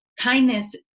Kindness